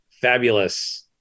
fabulous